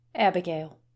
Abigail